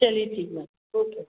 चलिए ठीक ma'am okay